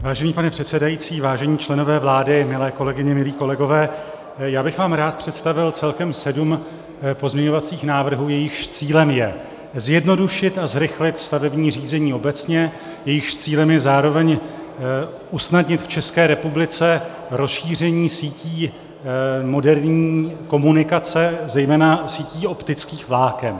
Vážený pane předsedající, vážení členové vlády, milé kolegyně, milí kolegové, já bych vám rád představil celkem sedm pozměňovacích návrhů, jejichž cílem je zjednodušit a zrychlit stavební řízení obecně, jejichž cílem je zároveň usnadnit v České republice rozšíření sítí moderní komunikace, zejména sítí optických vláken.